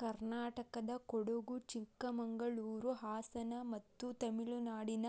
ಕರ್ನಾಟಕದಕೊಡಗು, ಚಿಕ್ಕಮಗಳೂರು, ಹಾಸನ ಮತ್ತು ತಮಿಳುನಾಡಿನ